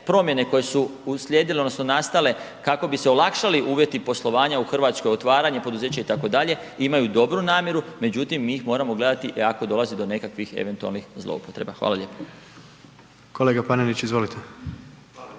promjene koje su uslijedile odnosno nastale kako bi se olakšali uvjeti poslovanja u Hrvatskoj, otvaranje poduzeća, itd. imaju dobru namjeru, međutim, mi ih moramo gledati ako dolaze do nekakvih eventualnih zloupotreba. Hvala lijepo. **Jandroković, Gordan